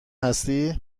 هستی